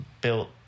built